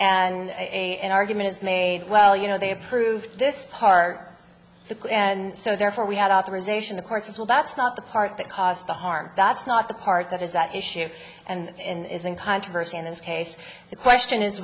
and an argument is made well you know they approved this part and so therefore we had authorization the court says well that's not the part that caused the harm that's not the part that is at issue and isn't controversy in this case the question is